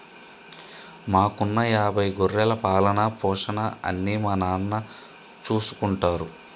మాకున్న యాభై గొర్రెల పాలన, పోషణ అన్నీ మా నాన్న చూసుకుంటారు